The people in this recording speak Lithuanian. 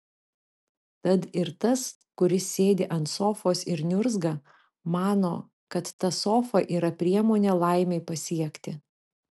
tad ir tas kuris sėdi ant sofos ir niurzga mano kad ta sofa yra priemonė laimei pasiekti